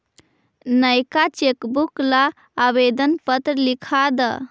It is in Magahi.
नएका चेकबुक ला आवेदन पत्र लिखा द